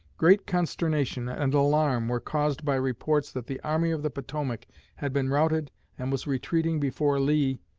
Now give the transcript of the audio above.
great consternation and alarm were caused by reports that the army of the potomac had been routed and was retreating before lee,